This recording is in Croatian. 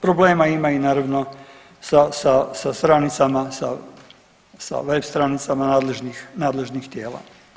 Problema ima i naravno sa, sa stranicama sa web stranicama nadležnih tijela.